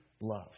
love